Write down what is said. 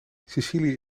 sicilië